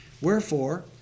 Wherefore